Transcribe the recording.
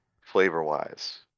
flavor-wise